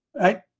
right